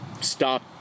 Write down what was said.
stop